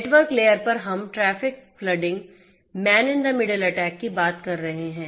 network layer पर हम traffic flooding man in the middle attack की बात कर रहे हैं